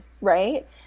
Right